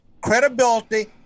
credibility